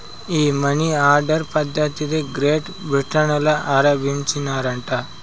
ఈ money order పద్ధతిది Great Britain ల ఆరంబించినారట